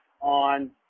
on